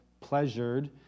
pleasured